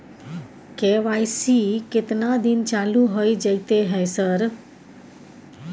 KYC केतना दिन चालू होय जेतै है सर?